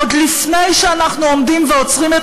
עוד לפני שאנחנו עומדים ועוצרים את